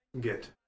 get